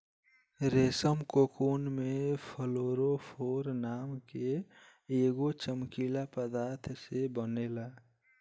रेशम कोकून में फ्लोरोफोर नाम के एगो चमकीला पदार्थ से बनेला